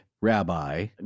rabbi